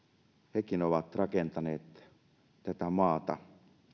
hekin ovat rakentaneet tätä maata